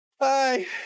hi